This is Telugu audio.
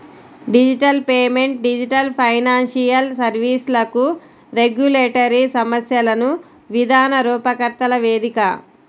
డిజిటల్ పేమెంట్ డిజిటల్ ఫైనాన్షియల్ సర్వీస్లకు రెగ్యులేటరీ సమస్యలను విధాన రూపకర్తల వేదిక